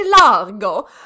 largo